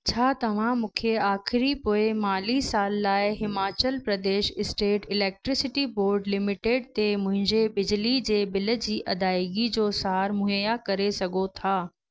छा तव्हां मूंखे आखिरी पोएं माली साल लाइ Himachal Pradesh state electricity board limited ते मुंहिंजे बिजली जे बिल जी अदायगी जो सारु मुहैया करे सघो था